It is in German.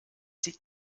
sie